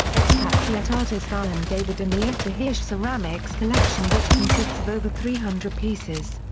expatriate artist allen david and the etta hirsh ceramics collection which consists of over three hundred pieces.